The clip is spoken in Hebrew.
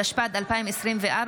התשפ"ד 2024,